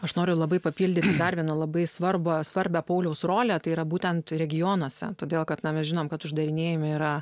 aš noriu labai papildyti darvino labai svarbu svarbią poliaus rolę tai yra būtent regionuose todėl kad na mes žinome kad uždarinėjami yra